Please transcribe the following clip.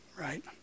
right